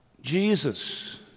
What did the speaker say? Jesus